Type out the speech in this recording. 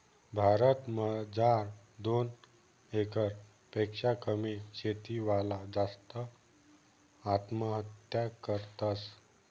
भारत मजार दोन एकर पेक्शा कमी शेती वाला जास्त आत्महत्या करतस